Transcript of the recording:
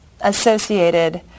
associated